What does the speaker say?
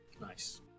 Nice